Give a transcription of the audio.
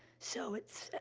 so it's ah,